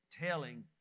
telling